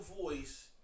voice